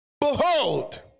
Behold